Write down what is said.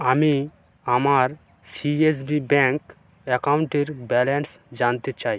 আমি আমার CSB bank অ্যাকাউন্টের ব্যালেন্স জানতে চাই